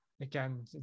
again